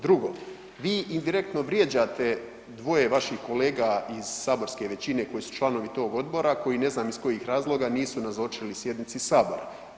Drugo, vi indirektno vrijeđate dvoje vaših kolega iz saborske većine koji su članovi tog odbora koji ne znam iz kojih razloga nisu nazočili sjednici Sabora.